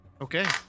Okay